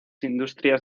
industrias